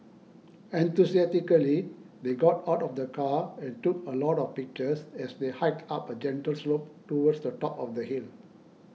enthusiastically they got out of the car and took a lot of pictures as they hiked up a gentle slope towards the top of the hill